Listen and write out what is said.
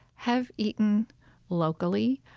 have eaten locally,